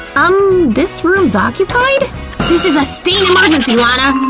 um, this room's occupied! this is a stain emergency, lana!